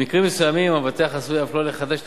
במקרים מסוימים המבטח עשוי אף לא לחדש את